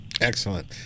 Excellent